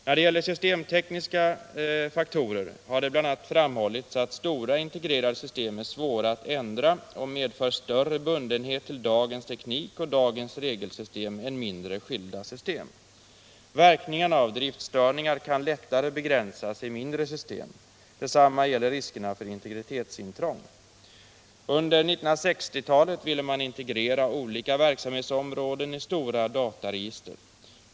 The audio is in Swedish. När det gäller systematiska faktorer har det bl.a. framhållits att stora integrerade system är svåra att ändra och medför större bundenhet till dagens teknik och dagens regelsystem än mindre, skilda system. Verkningarna av driftstörningar kan lättare begränsas i mindre system. Detsamma gäller riskerna för integritetsintrång. Under 1960-talet ville man integrera olika verksamhetsområden i stora dataregister.